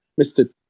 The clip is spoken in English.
Mr